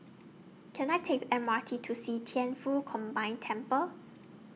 Can I Take The M R T to See Thian Foh Combined Temple